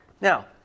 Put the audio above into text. Now